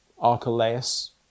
Archelaus